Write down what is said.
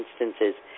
instances